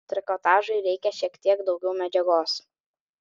trikotažui reikia šiek teik daugiau medžiagos